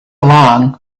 along